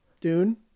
Dune